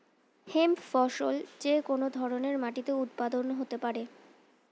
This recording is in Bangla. হেম্প ফসল যে কোন ধরনের মাটিতে উৎপাদন হতে পারে